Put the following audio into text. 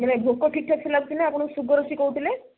ନାହିଁ ନାହିଁ ଭୋକ ଠିକ୍ ଠାକ୍ ସେ ଲାଗୁଚିନା ଆପଣଙ୍କୁ ସୁଗାର୍ ସେ କହୁଥିଲେ